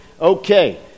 okay